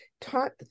taught